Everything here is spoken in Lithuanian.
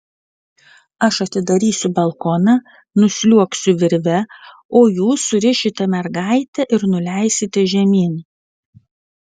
aš atidarysiu balkoną nusliuogsiu virve o jūs surišite mergaitę ir nuleisite žemyn